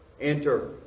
Enter